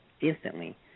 instantly